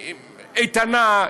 איתנה,